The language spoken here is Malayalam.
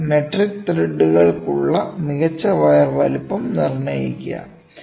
ആദ്യം മെട്രിക് ത്രെഡുകൾക്കുള്ള മികച്ച വയർ വലുപ്പം നിർണ്ണയിക്കുക